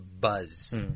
buzz